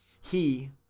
he,